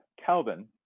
Calvin